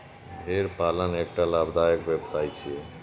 भेड़ पालन एकटा लाभदायक व्यवसाय छियै